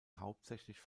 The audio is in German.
hauptsächlich